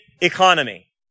economy